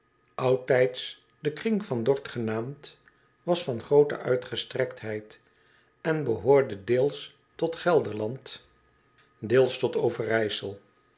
r t h genaamd was van groote uitgestrektheid en behoorde deels tot gelderland deels tot overijssel